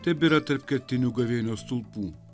tebėra tarp kertinių gavėnios stulpų